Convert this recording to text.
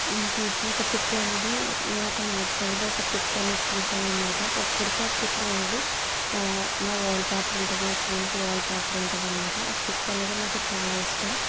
నేను తీసిన ఒక పిక్లో అనేది నేను ఒక న్యాచురల్గా ఒక పిక్ అనేది తీశాను అన్నమాట ఉప్పటికి ఆ పిక్ అనేది నా వాల్ పేపర్ ఉంటుంది నా ఫోన్కి వాల్ పేపర్ ఉంటుంది అన్నమాట ఆ పిక్ అనేది నాకు చాలా ఇష్టం